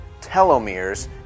telomeres